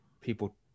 people